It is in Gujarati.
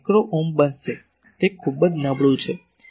5 માઇક્રો ઓમ બનશે તે ખૂબ જ નબળું છે